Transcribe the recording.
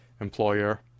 employer